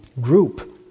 group